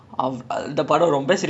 ya sivakasi was solid